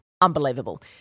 unbelievable